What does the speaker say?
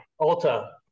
Ulta